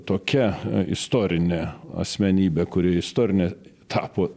tokia istorine asmenybė kuri istorine tapo